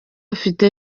afite